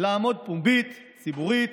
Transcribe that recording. לעמוד פומבית, ציבורית,